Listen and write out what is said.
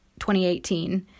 2018